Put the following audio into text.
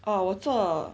orh 我做